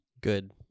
Good